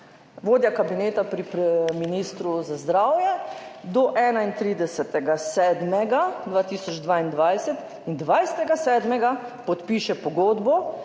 vodja kabineta pri ministru za zdravje do 31. 7. 2022 in 20. 7. podpiše pogodbo